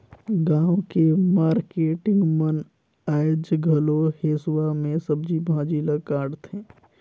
गाँव के मारकेटिंग मन आयज घलो हेसुवा में सब्जी भाजी ल काटथे